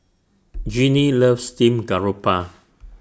Jeanie loves Steamed Garoupa